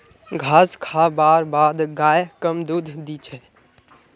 घास खा बार बाद गाय कम दूध दी छे